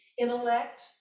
intellect